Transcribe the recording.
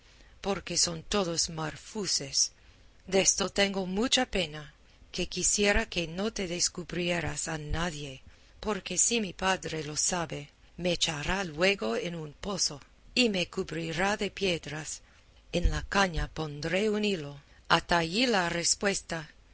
porque son todos marfuces desto tengo mucha pena que quisiera que no te descubrieras a nadie porque si mi padre lo sabe me echará luego en un pozo y me cubrirá de piedras en la caña pondré un hilo ata allí la respuesta